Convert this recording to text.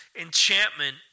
enchantment